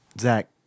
Zach